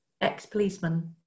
ex-policeman